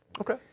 Okay